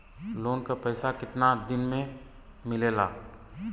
Loan के पैसा कितना दिन मे मिलेला?